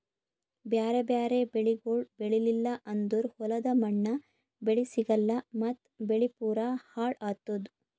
ಬ್ಯಾರೆ ಬ್ಯಾರೆ ಬೆಳಿಗೊಳ್ ಬೆಳೀಲಿಲ್ಲ ಅಂದುರ್ ಹೊಲದ ಮಣ್ಣ, ಬೆಳಿ ಸಿಗಲ್ಲಾ ಮತ್ತ್ ಬೆಳಿ ಪೂರಾ ಹಾಳ್ ಆತ್ತುದ್